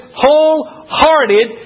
wholehearted